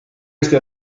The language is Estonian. eesti